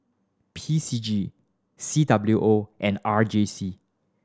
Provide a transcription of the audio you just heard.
P C G C W O and R J C